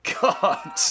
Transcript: God